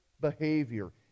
behavior